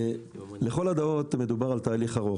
לכל הדעות מדובר על תהליך ארוך.